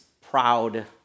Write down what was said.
proud